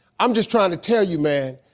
i'm just trying to tell you, man,